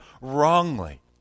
wrongly